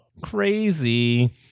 crazy